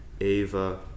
Ava